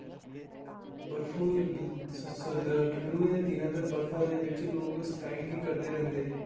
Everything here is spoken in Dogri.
बर्फो ठंडो दे दिने ते बर्फा दे बिच लोक स्काइग ही करदे रैंहदे